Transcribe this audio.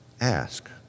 Ask